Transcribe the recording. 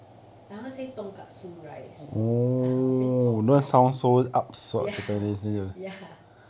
I won't say tonkatsu rice I will say pork rice ya ya